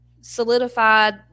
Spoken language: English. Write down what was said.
solidified